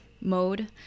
Mode